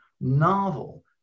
novel